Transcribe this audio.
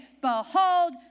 behold